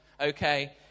okay